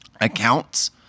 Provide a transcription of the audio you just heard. accounts